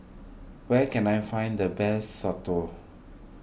where can I find the best Soto